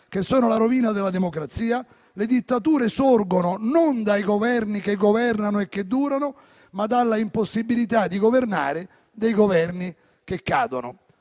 «che sono la rovina della democrazia (…)?». «Le dittature sorgono non dai governi che governano e che durano, ma dalla impossibilità di governare dei governi democratici»